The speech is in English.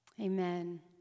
Amen